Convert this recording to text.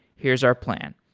here's our plan.